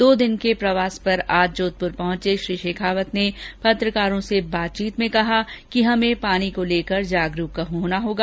दो दिन के प्रवास पर आज जोधपुर पहुंचे श्री शेखावत ने पत्रकारों से बातचीत में कहा कि हमें पानी को लेकर जागरूक होना होगा